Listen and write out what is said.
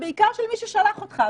ובעיקר של מי ששלח אותך.